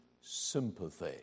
sympathy